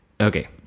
Okay